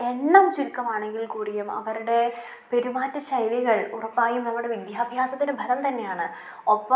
എണ്ണം ചുരുക്കമാണെങ്കിൽ കൂടിയും അവരുടെ പെരുമാറ്റ ശൈലികൾ ഉറപ്പായും നമ്മുടെ വിദ്യാഭ്യാസത്തിൻ്റെ ഫലം തന്നെയാണ് ഒപ്പം